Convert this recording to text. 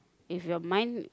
if your mind